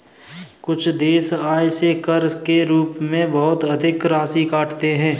कुछ देश आय से कर के रूप में बहुत अधिक राशि काटते हैं